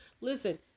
listen